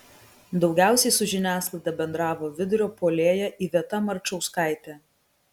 daugiausiai su žiniasklaida bendravo vidurio puolėja iveta marčauskaitė